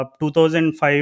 2005